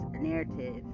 narrative